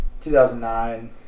2009